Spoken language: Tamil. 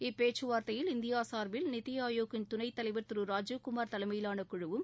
இப்பேச்சுவார்த்தையில் இந்தியா சார்பில் நித்திஆயோக்கின் துணைத்தலைவர் திரு ராஜீவ்குமார் தலைம்யிலாள குழுவும்